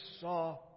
saw